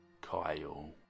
Kyle